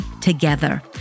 together